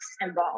involved